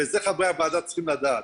ואת זה חברי הוועדה צריכים לדעת,